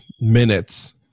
minutes